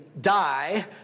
die